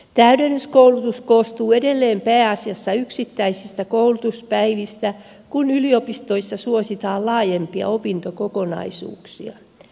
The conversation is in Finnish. täydennyskoulutus koostuu edelleen pääasiassa yksittäisistä koulutuspäivistä kun yliopistoissa suositaan laajempia opintokokonaisuuksia